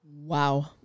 Wow